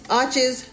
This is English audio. arches